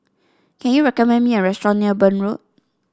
can you recommend me a restaurant near Burn Road